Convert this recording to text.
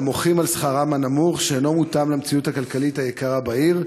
המוחים על שכרם הנמוך שאינו מותאם למציאות הכלכלית היקרה בעיר.